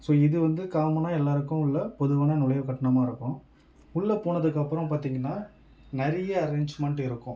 so இதுவந்து காமனாக எல்லாருக்கும் உள்ள பொதுவான நுழைவுக்கட்டணமாக இருக்கும் உள்ள போனதுக்கப்புறம் பார்த்திங்கன்னா நிறைய அரேஞ்ச்மெண்ட் இருக்கும்